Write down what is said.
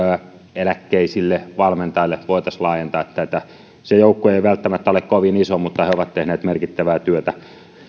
pienieläkkeisille valmentajille voitaisiin laajentaa tätä se joukko ei välttämättä ole kovin iso mutta he ovat tehneet merkittävää työtä